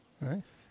Nice